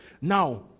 Now